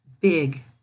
big